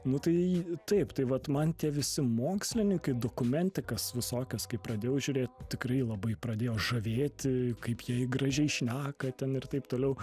nu tai taip tai vat man tie visi mokslininkai dokumentikas visokios kai pradėjau žiūrėt tikrai labai pradėjo žavėti kaip gražiai šneka ten ir taip toliau